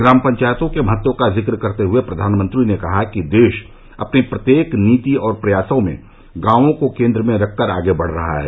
ग्राम पंचायतों के महत्व का जिक्र करते हुए प्रधानमंत्री ने कहा कि देश अपनी प्रत्येक नीति और प्रयासों में गांवों को केन्द्र में रखकर आगे बढ़ रहा है